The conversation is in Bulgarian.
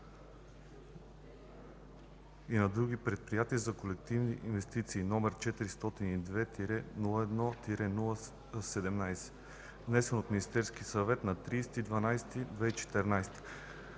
и на други предприятия за колективно инвестиране, № 402-01-17, внесен от Министерския съвет на 30